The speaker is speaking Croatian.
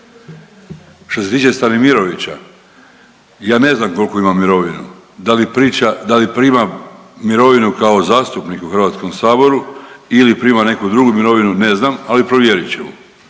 što se tiče Stanimirovića ja ne znam koliku ima mirovinu, da li prima mirovinu kao zastupnik u Hrvatskom saboru ili prima neku drugu mirovinu ne znam, ali provjerit ćemo.